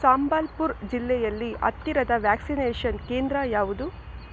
ಸಾಂಬಲ್ಪುರ್ ಜಿಲ್ಲೆಯಲ್ಲಿ ಹತ್ತಿರದ ವ್ಯಾಕ್ಸಿನೇಷನ್ ಕೇಂದ್ರ ಯಾವುದು